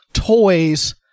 Toys